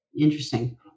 Interesting